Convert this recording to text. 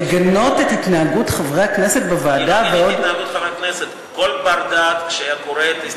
לגנות את התנהגות חברי הכנסת בוועדה, בעוד, אני